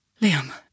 Liam